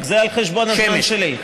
רק שזה על חשבון הזמן שלי.